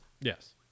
Yes